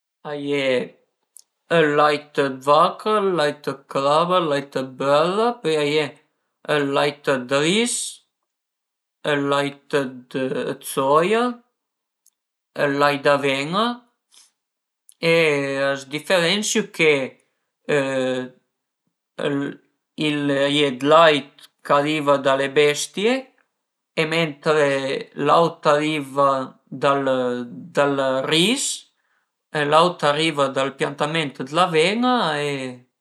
A ie ël lait dë vaca, ël lait dë crava, ël lait dë bërra, pöi a ie ël lait dë ris, ël lait dë soia, ël lait d'aven-a e a së diferensiu che a ie dë lait ch'ariva da le bestie e mentre l'aut ariva dal dal ris e l'aut ariva dal piantament dë l'aven-a e